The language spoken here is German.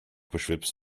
beschwipst